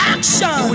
Action